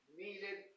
needed